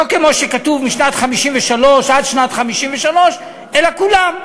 לא כמו שכתוב, משנת 1953, עד שנת 1953, אלא כולם.